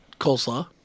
coleslaw